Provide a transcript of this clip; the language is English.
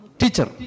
teacher